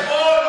זה חשבון,